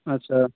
अच्छा